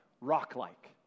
rock-like